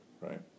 right